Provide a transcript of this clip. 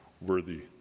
worthy